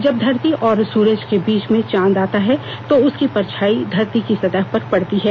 जब धरती और सूरज के बीच में चांद आता है तो उसकी परछाई धरती की सतह पर पड़ती है